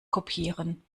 kopieren